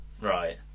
Right